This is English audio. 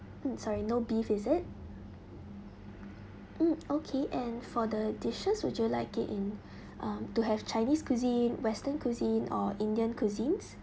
mm sorry no beef is it mm okay and for the dishes would you like it in um to have chinese cuisine western cuisine or indian cuisines